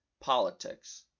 Politics